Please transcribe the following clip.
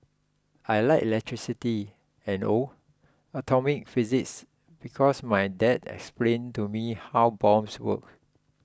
I like electricity and oh atomic physics because my dad explained to me how bombs work